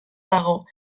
dago